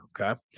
okay